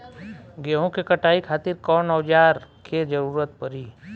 गेहूं के कटाई खातिर कौन औजार के जरूरत परी?